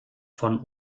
von